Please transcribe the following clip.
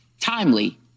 timely